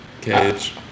cage